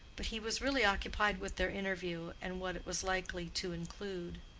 but he was really occupied with their interview and what it was likely to include.